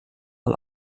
mal